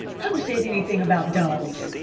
who said anything about dogs?